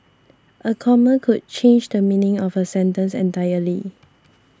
a comma could change the meaning of a sentence entirely